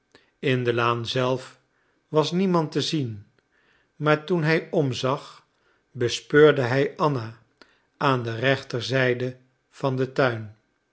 in de laan zelf was niemand te zien maar toen hij omzag bespeurde hij anna aan de rechter zijde van den tuin